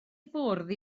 fwrdd